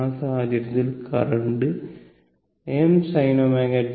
ആ സാഹചര്യത്തിൽ current msinωt ϕ